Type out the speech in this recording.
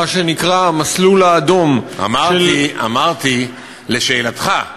מה שנקרא "המסלול האדום" של, אמרתי, לשאלתך.